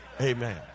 Amen